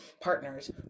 partners